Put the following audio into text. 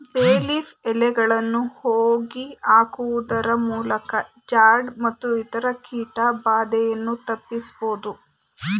ಬೇ ಲೀಫ್ ಎಲೆಗಳನ್ನು ಹೋಗಿ ಹಾಕುವುದರಮೂಲಕ ಜಾಡ್ ಮತ್ತು ಇತರ ಕೀಟ ಬಾಧೆಯನ್ನು ತಪ್ಪಿಸಬೋದು